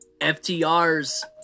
FTR's